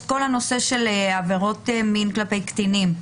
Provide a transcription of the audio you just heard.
כל הנושא של עבירות מין כלפי קטינים,